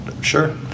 sure